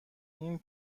این